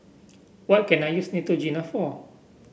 what can I use Neutrogena for